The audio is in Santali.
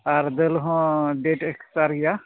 ᱟᱨ ᱫᱟᱹᱞ ᱦᱚᱸ ᱰᱮᱴ ᱮᱠᱥᱯᱮᱭᱟᱨ ᱜᱮᱭᱟ